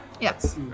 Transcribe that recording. Yes